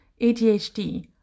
ADHD